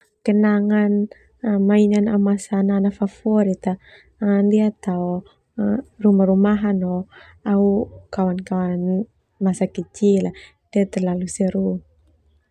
Tao rumah-rumahan no au kawan-kawan masa kecil.